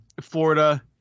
Florida